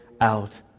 out